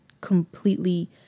completely